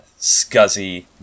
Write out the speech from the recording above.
scuzzy